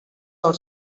our